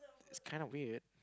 it's kinda weird